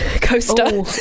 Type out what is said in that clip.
Coaster